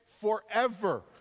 forever